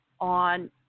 on